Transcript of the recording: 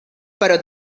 però